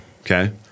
Okay